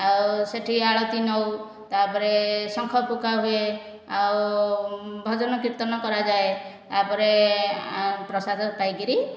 ଆଉ ସେହିଠି ଆଳତି ନେଉ ତା'ପରେ ଶଙ୍ଖ ଫୁକା ହୁଏ ଆଉ ଭଜନ କୀର୍ତ୍ତନ କରାଯାଏ ତା'ପରେ ପ୍ରସାଦ ପାଇକରି